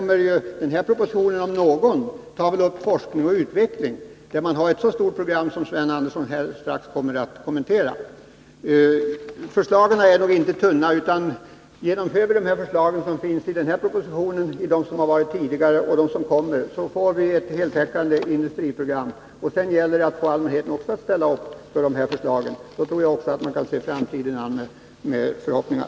Och denna proposition om någon tar upp forskning och utveckling. Sven Andersson kommer strax att kommentera det stora programmet för just forskning och utveckling. Förslagen i propositionen är inte tunna. Om vi genomför de förslag som har funnits i tidigare propositioner, de som redovisas i denna proposition och de förslag som kommer, får vi ett heltäckande industriprogram. Sedan gäller det att få allmänheten att ställa upp på dessa förslag. Då kan också politikerna lättare enas. Jag tror att vi då kan se framtiden an med goda förhoppningar.